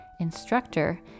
instructor